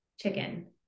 chicken